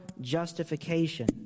justification